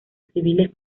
civiles